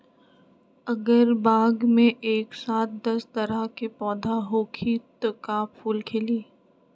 अगर बाग मे एक साथ दस तरह के पौधा होखि त का फुल खिली?